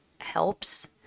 helps